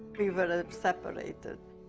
we were separated.